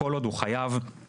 כל עוד הוא חייב ארנונה,